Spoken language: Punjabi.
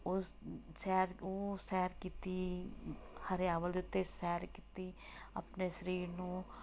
ਉਸ ਸੈਰ ਓ ਸੈਰ ਕੀਤੀ ਹਰਿਆਵਲ ਦੇ ਉੱਤੇ ਸੈਰ ਕੀਤੀ ਆਪਣੇ ਸਰੀਰ ਨੂੰ